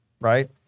right